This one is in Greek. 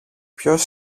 ποιος